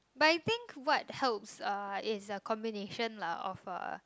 but I think what helps uh is a combination of a